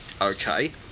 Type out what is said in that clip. okay